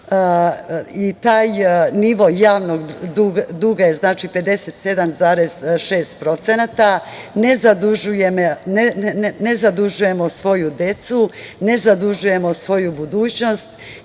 i taj nivo javnog duga je 57,6%. Ne zadužujemo svoju decu, ne zadužujemo svoju budućnost